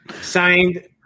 Signed